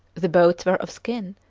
the boats were of skin,